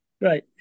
Right